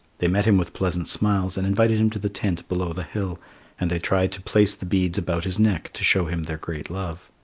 they met him with pleasant smiles and invited him to the tent below the hill and they tried to place the beads about his neck to show him their great love.